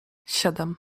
siedem